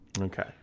Okay